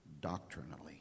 doctrinally